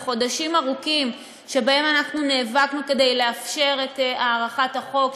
על חודשים ארוכים שבהם אנחנו נאבקנו כדי לאפשר את הארכת תוקף החוק,